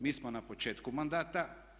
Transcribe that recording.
Mi smo na početku mandata.